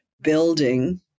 building